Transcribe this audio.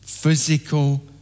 Physical